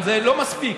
אבל זה לא מספיק.